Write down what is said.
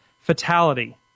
fatality